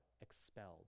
expelled